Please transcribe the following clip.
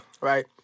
right